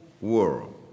world